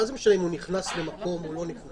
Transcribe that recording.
מה זה משנה אם הוא נכנס למקום או לא נכנס?